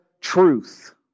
truth